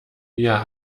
wir